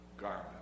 garment